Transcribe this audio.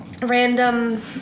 Random